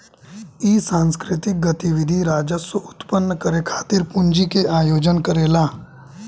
इ सांस्कृतिक गतिविधि राजस्व उत्पन्न करे खातिर पूंजी के आयोजन करेला